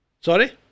Sorry